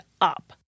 up